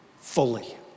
fully